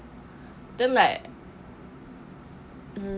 then like hmm